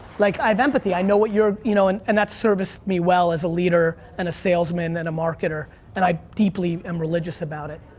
like i have empathy. i know what you're, you know and and that's serviced me well as leader and a salesman and a marketer and i deeply am religious about it.